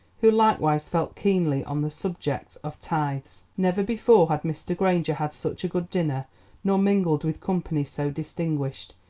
who likewise felt keenly on the subject of tithes. never before had mr. granger had such a good dinner nor mingled with company so distinguished.